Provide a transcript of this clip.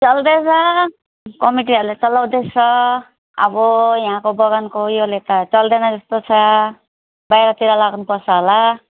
चल्दैछ कमिटीहरूले चलाउँदैछ अब यहाँको बगानको यसले त चल्दैन जस्तो छ बाहिरतिर लाग्नुपर्छ होला